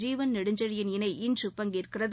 ஜீவன் நெடுஞ்செழியன் இணை இன்று பங்கேற்கிறது